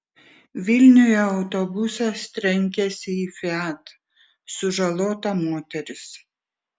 vilniuje autobusas trenkėsi į fiat sužalota moteris